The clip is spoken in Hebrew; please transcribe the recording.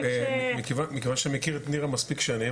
מכיוון שאני מכיר את נירה מספיק שנים,